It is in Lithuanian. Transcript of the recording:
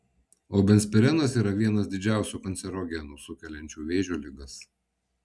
o benzpirenas yra vienas didžiausių kancerogenų sukeliančių vėžio ligas